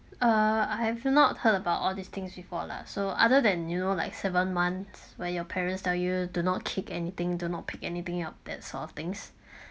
uh I have not heard about all these things before lah so other than you know like seven months where your parents tell you do not kick anything do not pick anything up that sort of things